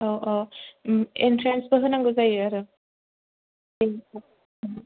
औ औ एन्थ्रेन्सबो होनांगौ जायो आरो अ